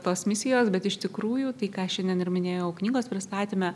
tos misijos bet iš tikrųjų tai ką šiandien ir minėjau knygos pristatyme